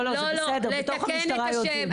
זה בסדר, בתוך המשטרה יודעים.